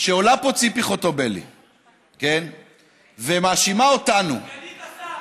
עולה פה ציפי חוטובלי ומאשימה אותנו, סגנית השר.